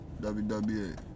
WWE